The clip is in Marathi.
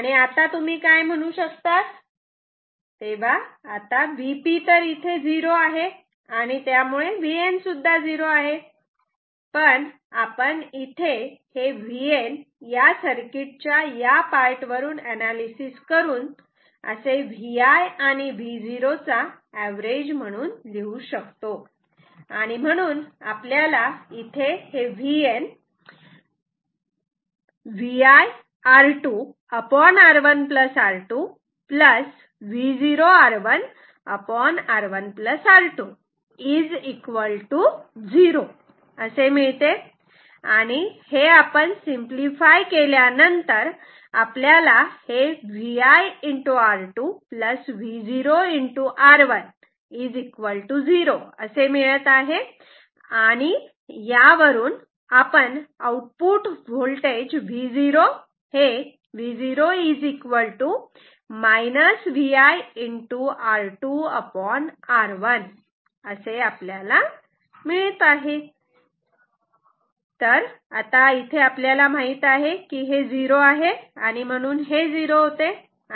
तेव्हा आता Vp 0 आहे आणि त्यामुळे Vn 0 सुद्धा झिरो आहे पण आपण इथे हे Vn या सर्किट च्या या पार्ट वरून अनालिसिस करून असे Vi आणि Vo चा अवरेज लिहू शकतो आणि म्हणून VN ViR1R2 x R2 V0R1R2 x R1 0 Vi R2 V0 R1 0 V0 Vi R2R1 आता आपल्याला माहित आहे की हे इथे झिरो आहे आणि म्हणून हे झिरो होते